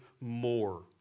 more